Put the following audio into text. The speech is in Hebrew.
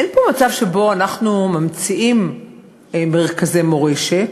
אין פה מצב שאנחנו ממציאים מרכזי מורשת